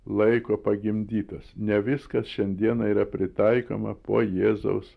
laiko pagimdytos ne viskas šiandieną yra pritaikoma po jėzaus